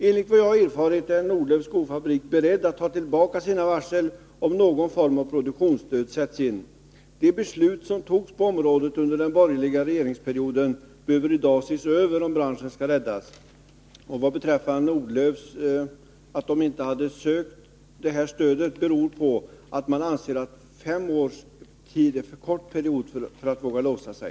Enligt vad jag har erfarit är Nordlöfs skofabrik beredd att ta tillbaka sitt varsel om någon form av produktionsstöd sätts in. De beslut som togs under den borgerliga regeringsperioden behöver ses över, om branschen skall kunna räddas. Att Nordlöfs fabrik inte sökt det här stödet beror på att man ansett att fem års tid är en för kort period för att man vågar låsa sig.